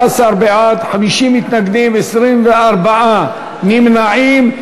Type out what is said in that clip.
14 בעד, 50 מתנגדים, 24 נמנעים.